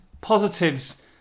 Positives